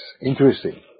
interesting